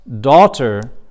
daughter